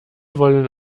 wollen